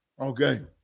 Okay